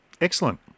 Excellent